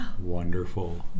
Wonderful